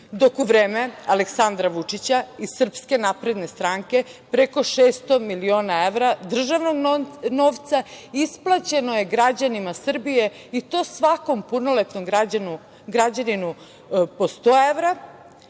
dok u vreme Aleksandra Vučića i SNS preko 600 miliona evra državnog novca isplaćeno je građanima Srbije, i to svakom punoletnom građaninu po 100